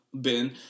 bin